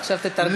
עכשיו תתרגם לנו.